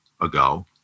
ago